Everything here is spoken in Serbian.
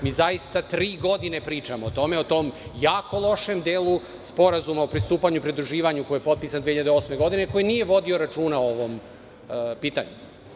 Mi zaista tri godine pričamo o tome, o tom jako lošem delu Sporazuma o pristupanju i pridruživanju, koji je potpisan 2008. godine, koji nije vodio računa o ovom pitanju.